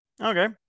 Okay